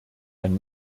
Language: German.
ein